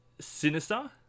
Sinister